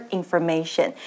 information